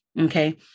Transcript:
Okay